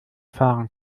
fahren